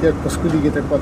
ir paskui irgi taip pat